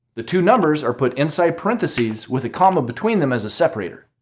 the two numbers are put inside parentheses with a comma between them as a separator.